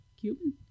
Cuban